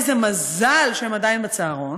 איזה מזל שהם עדיין בצהרון.